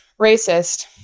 racist